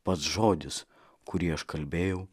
pats žodis kurį aš kalbėjau